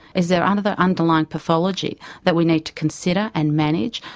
is there and there underlying pathology that we need to consider and manage?